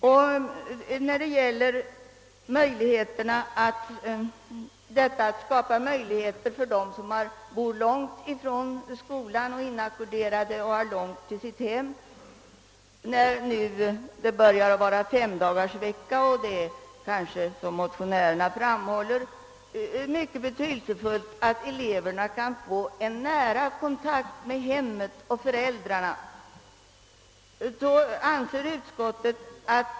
Man anser också att ett ökat inackorderingstillägg skapar möjligheter för dem som bor långt ifrån skolan, är inackorderade och kanske har femdagarsvecka i skolan, att resa hem vid veckosluten. Motionärerna framhåller också att det är mycket betydelsefullt att eleverna kan få en nära kontakt med hemmet och föräldrarna.